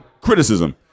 criticism